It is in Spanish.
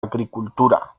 agricultura